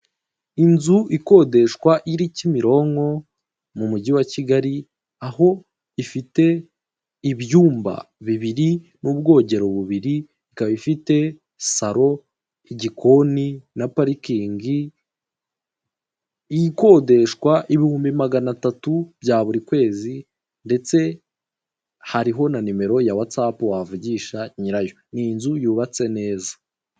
Inzu ikodeshwa iri Kimironko mu mujyi wa Kigali aho ifite ibyumba bibiri n'ubwogero bubiri ikaba ifite salo, igikoni na parikingi ikodeshwa ibihumbi magana atatu bya buri kwezi ndetse hariho na nimero ya watsapu wavugisha nyirayo ni inzu yubatse neza.